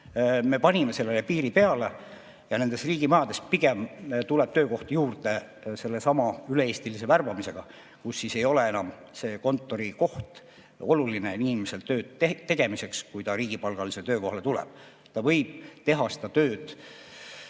Me panime sellele piiri peale ja nendes riigimajades tuleb töökohti pigem juurde sellesama üle-eestilise värbamisega, kus enam see kontorikoht ei ole oluline inimesel töö tegemiseks, kui ta riigipalgalisele töökohale tuleb. Ta võib teha seda tööd